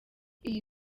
iyi